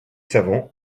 savants